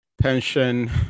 Pension